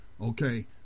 Okay